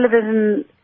television